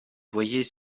voyez